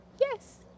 Yes